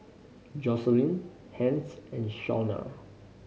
Joselin Hence and Shawnna